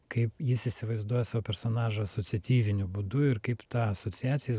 kaip jis įsivaizduoja savo personažą asociatyviniu būdu ir kaip tą asociaciją jis